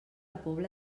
pobla